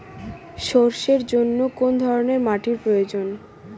সরষের জন্য কোন ধরনের মাটির প্রয়োজন?